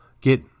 get